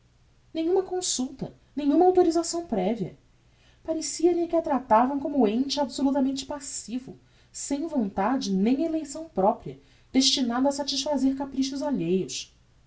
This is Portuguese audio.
nenhuma consulta nenhuma autorisação prévia parecia-lhe que a tratavam como ente absolutamente passivo sem vontade nem eleição propria destinado a satisfazer caprichos alheios